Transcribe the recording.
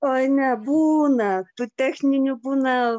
oi ne būna tų techninių būna